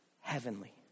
heavenly